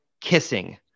kissing